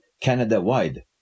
Canada-wide